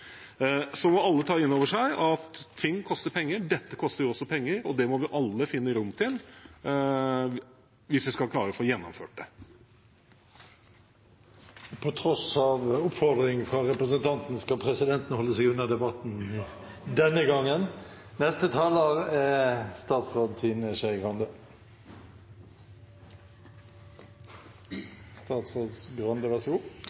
Så må alle ta innover seg at ting koster penger. Dette koster også penger, og det må vi alle finne rom til hvis vi skal klare å få gjennomført det. På tross av oppfordring fra representanten skal presidenten holde seg unna debatten denne gangen. Det er